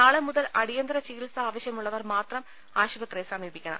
നാളെ മുതൽ അടിയന്തര ചികിത്സ ആവശ്യമുള്ളവർ മാത്രം ആശുപത്രിയെ സമീപിക്കണം